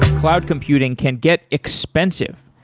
cloud computing can get expensive.